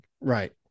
right